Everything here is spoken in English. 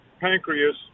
pancreas